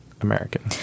American